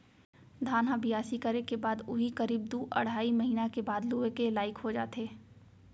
धान ह बियासी करे के बाद उही करीब दू अढ़ाई महिना के बाद लुए के लाइक हो जाथे